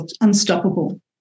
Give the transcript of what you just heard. unstoppable